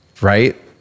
Right